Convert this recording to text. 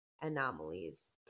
anomalies